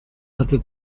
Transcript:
hatte